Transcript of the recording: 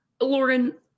Lauren